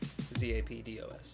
Z-A-P-D-O-S